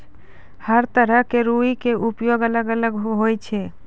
हर तरह के रूई के उपयोग अलग अलग होय छै